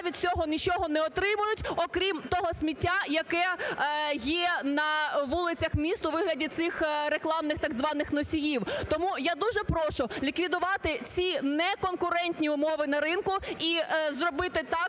від цього нічого не отримують, окрім того сміття, яке є на вулицях міст у вигляді цих рекламних так званих носіїв. Тому я дуже прошу ліквідувати ці неконкурентні умови на ринку і зробити так,